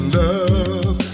love